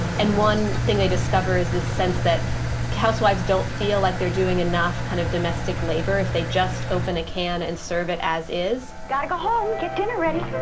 and one thing they discover is the sense that housewives don't feel like they're doing enough kind of domestic labor if they just open a can and serve it as is got to go home, get dinner ready,